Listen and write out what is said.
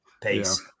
pace